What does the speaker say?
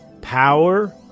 Power